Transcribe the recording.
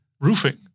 Roofing